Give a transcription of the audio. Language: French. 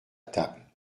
table